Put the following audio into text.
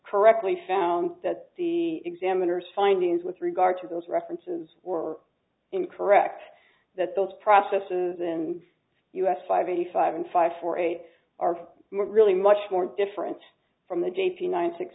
correctly found that the examiners findings with regard to those references were incorrect that those processes in us five eighty five and five four eight are really much more different from the j p ninety six